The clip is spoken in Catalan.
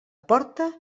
porta